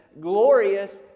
glorious